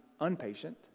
unpatient